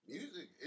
Music